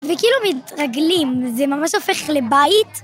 ‫וכאילו מתרגלים, זה ממש הופך לבית.